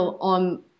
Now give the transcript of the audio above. on